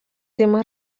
temes